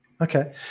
Okay